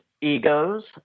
egos